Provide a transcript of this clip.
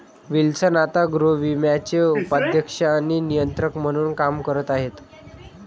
Wilson आता गृहविम्याचे उपाध्यक्ष आणि नियंत्रक म्हणून काम करत आहेत